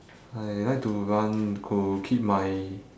I like to run to keep my